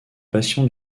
passion